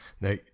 Now